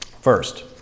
First